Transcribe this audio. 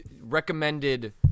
recommended